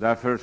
Därför